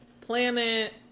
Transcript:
planet